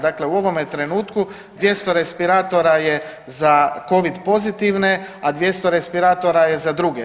Dakle u ovome trenutku 200 respiratora je za covid pozitivne, a 200 respiratora je za druge.